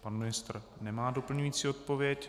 Pan ministr nemá doplňující odpověď.